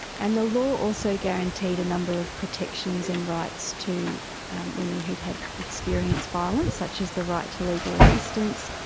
and the law also guaranteed a number of protections and rights to women who had experienced violence, such as the right to legal assistance,